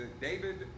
David